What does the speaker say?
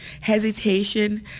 hesitation